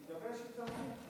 כן, לגבי שאילתה אחרת.